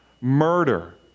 murder